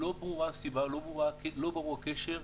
לא ברורה הסיבה, לא ברור הקשר.